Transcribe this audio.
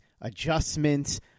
adjustments